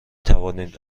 توانید